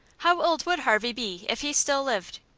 how old would harvey be if he still lived?